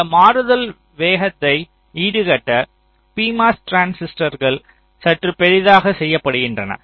இந்த மாறுதல் வேகத்தை ஈடுகட்ட PMOS டிரான்சிஸ்டர்கள் சற்று பெரிதாக செய்யப்படுகின்றன